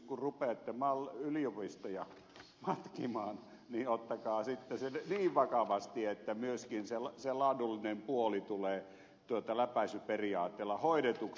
kun rupeatte yliopistoja matkimaan niin ottakaa sitten se niin vakavasti että myöskin se laadullinen puoli tulee läpäisyperiaatteella hoidetuksi